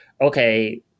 okay